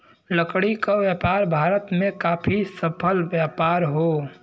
लकड़ी क व्यापार भारत में काफी सफल व्यापार हौ